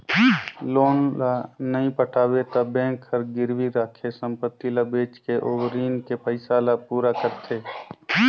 loan ल नइ पटाबे त बेंक हर गिरवी राखे संपति ल बेचके ओ रीन के पइसा ल पूरा करथे